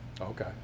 Okay